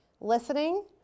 listening